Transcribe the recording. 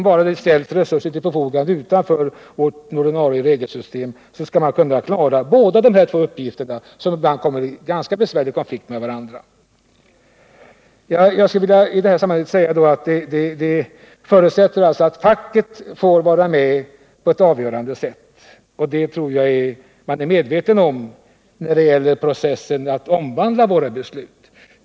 Bara resurser ställs till förfogande utanför ordinarie regelsystem kan man klara båda dessa uppgifter, som ibland kommer i besvärlig konflikt med varandra. Jag skulle i det här sammanhanget vilja säga att ett gott resultat förutsätter att facket får vara med på ett avgörande sätt. Och det tror jag man är medveten om när det gäller processen att omvandla våra beslut.